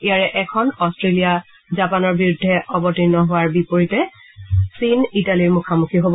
ইয়াৰে এখনত অট্টেলিয়া জাপানৰ বিৰুদ্ধে অৱতীৰ্ণ হোৱাৰ বিপৰীতে চীন ইটালীৰ মুখামুখি হ'ব